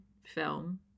film